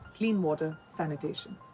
clean water, sanitation.